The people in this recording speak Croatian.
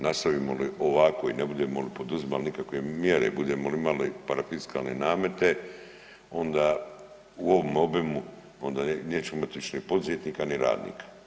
Nastavimo li ovako i ne budemo li poduzimali nikakve mjere, budemo li imali parafiskalne namete onda u ovom obimu, onda nećemo imati više ni poduzetnika, ni radnika.